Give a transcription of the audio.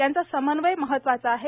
यांचा समन्वय महत्वाचा आहे